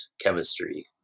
chemistry